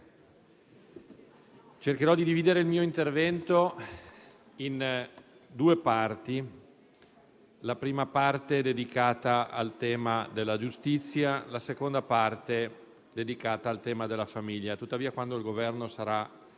cercherò di dividere il mio intervento in due parti. La prima parte sarà dedicata al tema della giustizia, la seconda parte sarà dedicata al tema della famiglia. Quando il Governo sarà